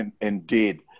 Indeed